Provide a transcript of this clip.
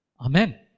amen